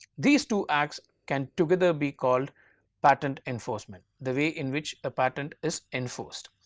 these two acts can together be called patent enforcement the way in which a patent is enforced